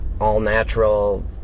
all-natural